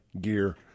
gear